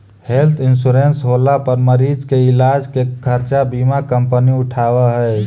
health insurance होला पर मरीज के इलाज के खर्चा बीमा कंपनी उठावऽ हई